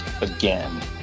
again